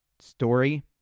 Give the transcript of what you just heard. story